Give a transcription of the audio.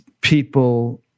people